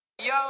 Yo